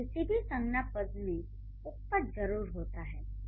यानी किसी भी संज्ञा पद में उपपद जरूर होता है